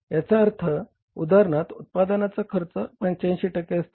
याचा अर्थ उदाहरणार्थ उत्पादनाचा खर्च 85 टक्के असतो